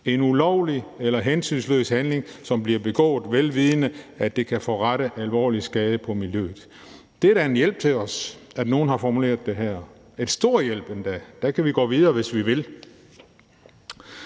en ulovlig eller hensynsløs handling, som bliver begået, vel vidende at det kan forrette alvorlig skade på miljøet. Det er da en hjælp til os, at nogen har formuleret det her. Det er endda en stor hjælp. Der kan vi gå videre, hvis vi vil.